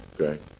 Okay